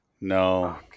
No